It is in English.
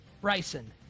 Bryson